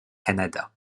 canada